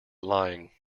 lying